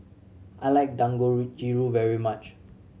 I like very much